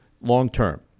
long-term